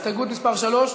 הסתייגות מס' 3?